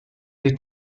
they